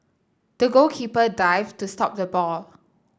the goalkeeper dived to stop the ball